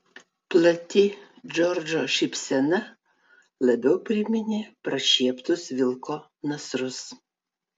plati džordžo šypsena labiau priminė prašieptus vilko nasrus